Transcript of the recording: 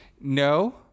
No